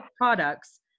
products